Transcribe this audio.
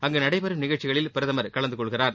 அங்கு நடைபெறும் நிகழ்ச்சிகளில் பிரதமர் கலந்து கொள்கிறார்